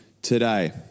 today